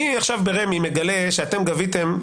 אני עכשיו ברמ"י מגלה שאתם גביתם.